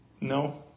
No